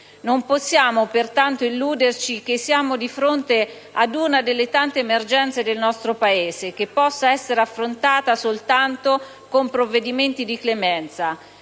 Non possiamo pertanto illuderci che siamo di fronte ad una delle tante emergenze del nostro Paese, che possa essere affrontata soltanto con provvedimenti di clemenza;